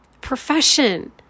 profession